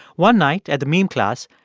one night at the meme class,